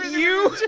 you.